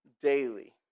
daily